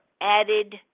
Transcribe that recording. added